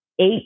eight